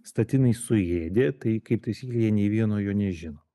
statinai suėdė tai kaip taisyklė jie nė vieno jo nežino